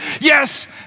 Yes